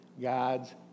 God's